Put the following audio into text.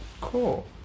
Cool